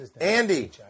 Andy